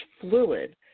fluid